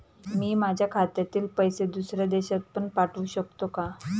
मी माझ्या खात्यातील पैसे दुसऱ्या देशात पण पाठवू शकतो का?